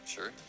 Sure